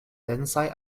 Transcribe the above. densaj